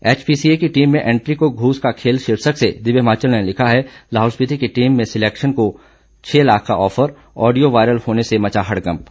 HPCA की team में entry को घूस का खेल शीर्षक से दिव्य हिमाचल ने लिखा है लाहुल स्पीति की टीम में सिलेक्शन को छह लाख का ऑफर ऑडियो वायरल होने से मचा हड़कंप